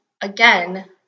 again